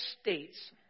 states